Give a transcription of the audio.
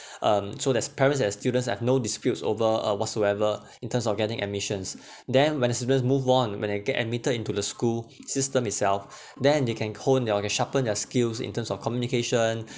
um so that parents and students have no disputes over or whatsoever in terms of getting admissions then when students move on when they get admitted into the school system itself then they can hone they can sharpen their skills in terms of communication